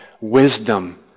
wisdom